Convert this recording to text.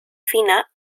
fina